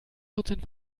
prozent